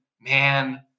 man